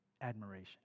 admiration